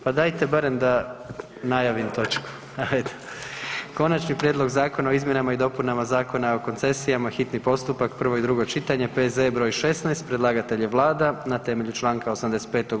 Pa dajte barem da najavim točku, ajde. - Konačni prijedlog Zakona o izmjenama i dopunama Zakona o koncesijama, hitni postupak, prvo i drugo čitanje, P.Z.E. broj 16 Predlagatelj je Vlada na temelju Članka 85.